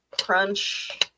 crunch